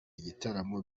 igitaramo